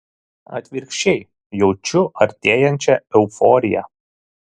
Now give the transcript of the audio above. atvirkščiai jaučiu artėjančią euforiją